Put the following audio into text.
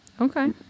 Okay